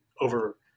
over